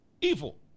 evil